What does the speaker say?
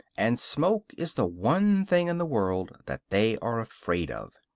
and smoke is the one thing in the world that they are afraid of.